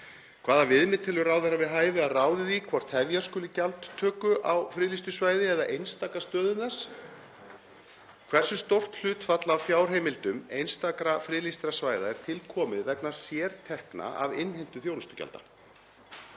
Hvaða viðmið telur ráðherra við hæfi að ráði því hvort hefja skuli gjaldtöku á friðlýstu svæði eða einstaka stöðum þess? Hversu stórt hlutfall af fjárheimildum einstakra friðlýstra svæða er til komið vegna sértekna af innheimtu þjónustugjalda?